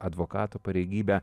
advokato pareigybę